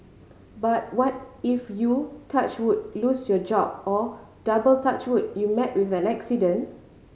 but what if you touch wood lose your job or double touch wood you met with an accident